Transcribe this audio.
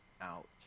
out